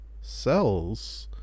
Cells